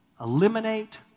eliminate